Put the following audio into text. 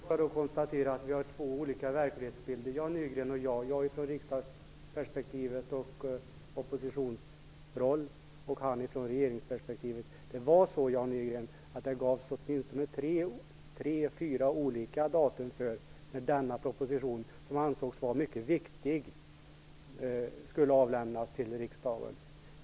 Herr talman! Jag vill då bara konstatera att Jan Nygren och jag har två olika verklighetsbilder; han från regeringsperspektivet och jag från riksdags och oppositionsperspektivet. Det var så, Jan Nygren, att det gavs åtminstone tre fyra olika datum för när denna proposition, som ansågs vara mycket viktig, skulle avlämnas till riksdagen.